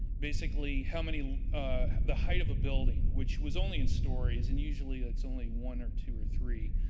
basically how many the height of a building which was only in stories, and usually it's only one or two or three.